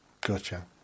Gotcha